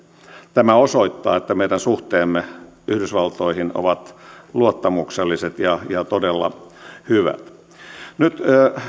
tämä osoittaa että meidän suhteemme yhdysvaltoihin ovat luottamukselliset ja ja todella hyvät nyt